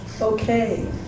okay